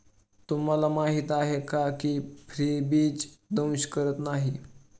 तुम्हाला माहीत आहे का की फ्रीबीज दंश करत नाही